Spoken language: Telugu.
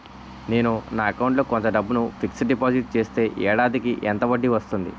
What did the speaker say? నేను నా అకౌంట్ లో కొంత డబ్బును ఫిక్సడ్ డెపోసిట్ చేస్తే ఏడాదికి ఎంత వడ్డీ వస్తుంది?